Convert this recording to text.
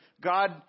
God